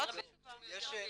זרקתם את הרשות,